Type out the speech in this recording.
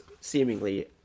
seemingly